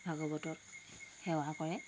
ভাগৱতত সেৱা কৰে